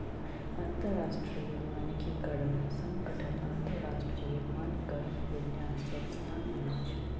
अंतरराष्ट्रीय मानकीकरण संगठन अन्तरराष्ट्रीय मानकक विन्यास संस्थान अछि